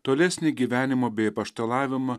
tolesnį gyvenimą bei apaštalavimą